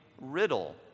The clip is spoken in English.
riddle